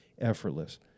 Effortless